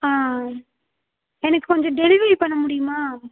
ஆ எனக்கு கொஞ்சம் டெலிவரி பண்ண முடியுமா